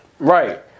Right